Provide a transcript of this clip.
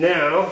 now